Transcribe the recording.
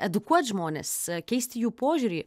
edukuot žmones keisti jų požiūrį